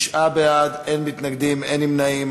תשעה בעד, אין מתנגדים, אין נמנעים.